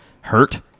Hurt